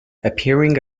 appearing